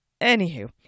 Anywho